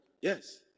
yes